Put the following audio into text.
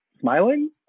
smiling